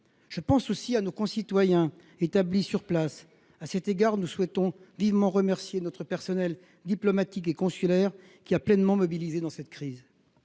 Je pense aussi à nos concitoyens établis sur place. À cet égard, nous remercions vivement notre personnel diplomatique et consulaire, qui est pleinement mobilisé dans cette crise.